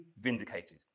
vindicated